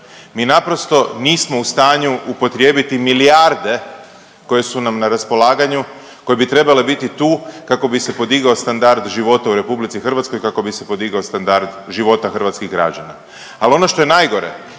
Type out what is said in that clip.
Mi naprosto nismo u stanju upotrijebiti milijarde koje su nam na raspolaganju, koje bi trebale biti tu kako bi se podigao standard života u Republici Hrvatskoj, kako bi se podigao standard života hrvatskih građana. Ali ono što je najgore,